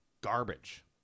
garbage